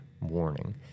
warning